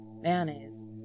mayonnaise